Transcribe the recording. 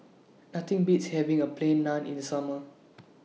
Nothing Beats having A Plain Naan in Summer